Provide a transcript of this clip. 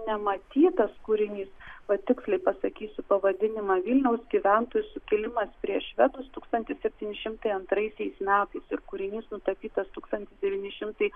nematytas kūrinys va tiksliai pasakysiu pavadinimą vilniaus gyventojų sukilimas prieš švedus tūkstantis septyni šimtai antraisiais metais ir kūrinys nutapytas tūkstantis devyni šimtai